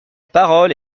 parole